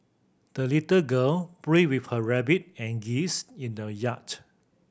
the little girl breath with her rabbit and geese in the yard